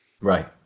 Right